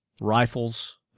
rifles